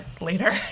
later